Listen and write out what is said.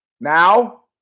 now